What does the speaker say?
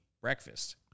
breakfast